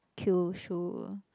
Kyushu